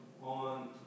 On